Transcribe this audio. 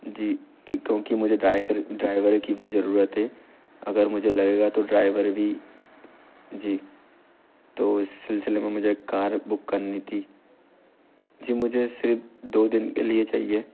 जी क्योंकि मुझे ड्राइकर ड्राइवर की भी ज़रूरत है अगर मुझे लगेगा तो ड्राइवर भी जी तो इस सिलसिले मे मुझे एक कार बुक करनी थी जी मुझे सिर्फ दो दिन के लिए चाहिए